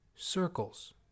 Circles